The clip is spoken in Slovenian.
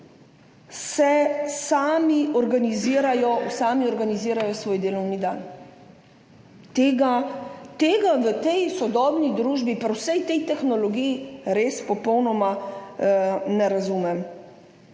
da sami organizirajo svoj delovni dan. Tega v sodobni družbi pri vsej tej tehnologiji res ne razumem.